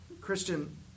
Christian